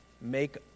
Make